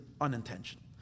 unintentional